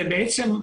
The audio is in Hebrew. זה בעצם,